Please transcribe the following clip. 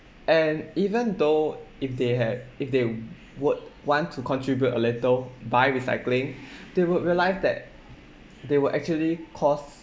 and even though if they have if they would want to contribute a little by recycling they would realise that they will actually cause